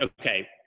okay